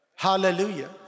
Hallelujah